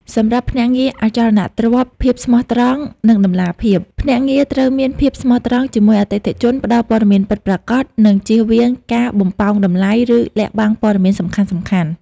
សម្រាប់ភ្នាក់ងារអចលនទ្រព្យភាពស្មោះត្រង់ និងតម្លាភាព ភ្នាក់ងារត្រូវមានភាពស្មោះត្រង់ជាមួយអតិថិជន ផ្តល់ព័ត៌មានពិតប្រាកដ និងជៀសវាងការបំប៉ោងតម្លៃ ឬលាក់បាំងព័ត៌មានសំខាន់ៗ។